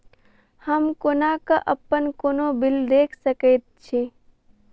हम कोना कऽ अप्पन कोनो बिल देख सकैत छी?